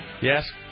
Yes